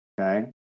okay